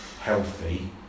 healthy